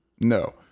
No